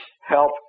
help